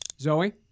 Zoe